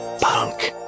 Punk